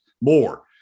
more